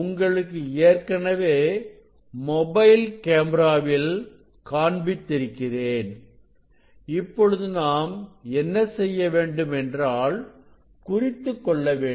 உங்களுக்கு ஏற்கனவே மொபைல் கேமராவில் காண்பித்திருக்கிறேன் இப்பொழுது நாம் என்ன செய்ய வேண்டும் என்றால் குறித்துக்கொள்ள வேண்டும்